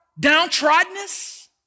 downtroddenness